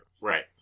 right